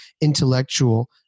intellectual